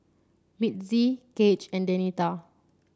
Mitzi Gaige and Denita